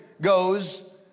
goes